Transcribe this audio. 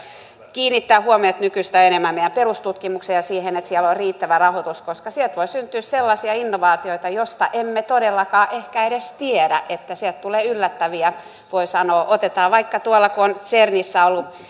kiinnittää huomiota nykyistä enemmän meidän perustutkimukseen ja siihen että siellä on riittävä rahoitus koska sieltä voi syntyä sellaisia innovaatioita joista emme todellakaan ehkä edes tiedä sieltä tulee yllättäviä voi sanoa otetaan vaikka se että kun on cernissä ollut